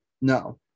No